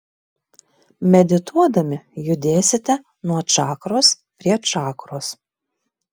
medituodami judėsite nuo čakros prie čakros